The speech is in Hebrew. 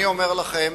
אני אומר לכם